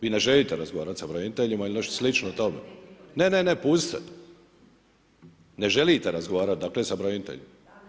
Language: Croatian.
Vi ne želite razgovarati sa braniteljima ili nešto slično tome? … [[Upadica Strenja-Linić, ne čuje se.]] Ne, ne, pustite, ne želite razgovarati dakle sa braniteljima.